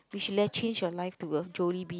we should let change your life to a Jollibee